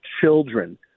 children